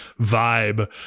vibe